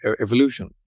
evolution